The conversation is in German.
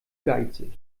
geizig